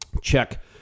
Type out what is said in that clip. check